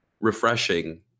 refreshing